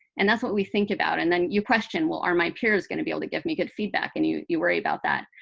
and that's what we think about. and then you question, well, are my peers going to be able to give me good feedback, and you you worry about that.